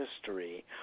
history